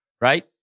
Right